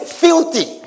filthy